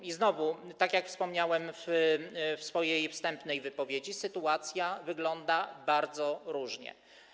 I znowu, tak jak wspomniałem w swojej wstępnej wypowiedzi, sytuacja wygląda bardzo różnie.